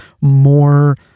more